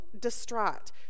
distraught